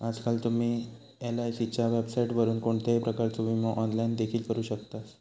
आजकाल तुम्ही एलआयसीच्या वेबसाइटवरून कोणत्याही प्रकारचो विमो ऑनलाइन देखील करू शकतास